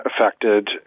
affected